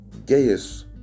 Gaius